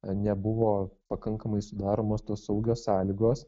nebuvo pakankamai sudaromos tos saugios sąlygos